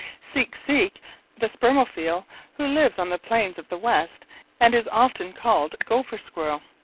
seek seek the spermophile who lives on the plains of the west and is often called gopher squirrel,